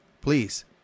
please